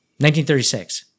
1936